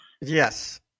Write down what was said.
Yes